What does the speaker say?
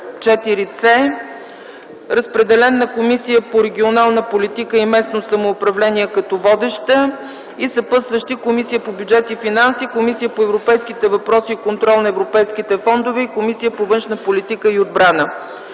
Разпределен е на Комисията по регионална политика и местно самоуправление като водеща и съпътстващи: Комисията по бюджет и финанси, Комисията по европейските въпроси и контрол на европейските фондове и Комисията по външна политика и отбрана.